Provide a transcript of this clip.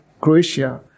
Croatia